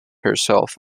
herself